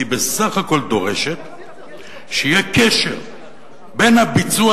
היא בסך הכול דורשת שיהיה קשר בין הביצוע